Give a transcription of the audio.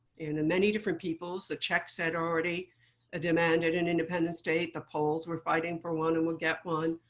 and and many different peoples, the czechs had already demanded an independent state. the poles were fighting for one and would get one.